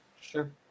Sure